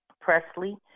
Presley